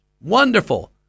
Wonderful